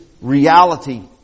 reality